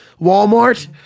Walmart